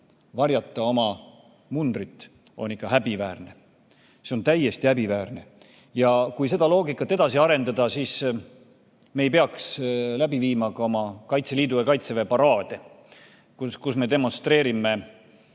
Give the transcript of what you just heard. varjata oma mundrit, on ikka häbiväärne. See on täiesti häbiväärne! Kui seda loogikat edasi arendada, siis me ei peaks läbi viima ka Kaitseliidu ja Kaitseväe paraade, kus me demonstreerime